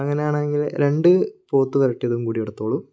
അങ്ങനെയാണെങ്കിൽ രണ്ട് പോത്ത് വരട്ടിയതും കൂടി എടുത്തോളൂ